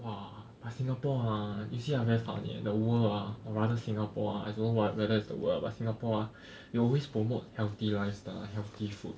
!wah! but singapore !huh! you see ah very funny leh the world ah or rather singapore ah I don't know whether it's the world but singapore ah they always promote healthy lifestyle healthy food